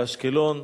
באשקלון,